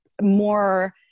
more